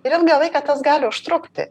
ir ilgą laiką tas gali užtrukti